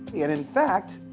and, in fact,